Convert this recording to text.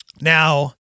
Now